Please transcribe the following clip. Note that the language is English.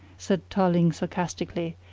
said tarling sarcastically,